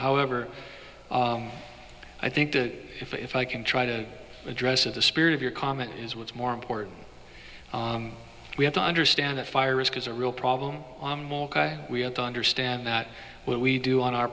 however i think that if i can try to address it the spirit of your comment is what's more important we have to understand that fire risk is a real problem we have to understand that what we do on our